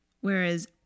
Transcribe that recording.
whereas